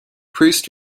priest